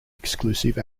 exclusive